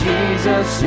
Jesus